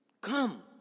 come